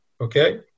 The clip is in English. Okay